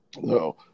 no